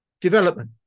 development